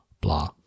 blah